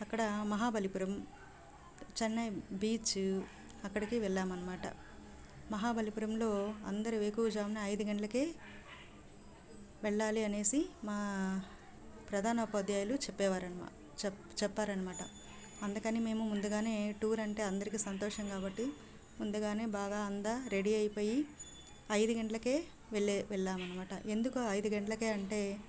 అక్కడ మహాబలిపురం చెన్నై బీచు అక్కడికి వెళ్ళాం అన్నమాట మహాబలిపురంలో అందరూ వేకువ జామున ఐదు గంటలకే వెళ్ళాలి అనేసి మా ప్రధాన ఉపాధ్యాయులు చెప్పేవారన్న చెప్పా చెప్పారన్నమాట అందుకని మేము ముందుగానే టూర్ అంటే అందరికి సంతోషం కాబట్టి ముందుగానే బాగా అంతా రెడీ అయిపోయి ఐదు గంటలకే వెళ్ళే వెళ్ళాము అన్నమాట ఎందుకు ఐదు గంటలకే అంటే